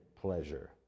pleasure